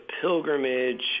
pilgrimage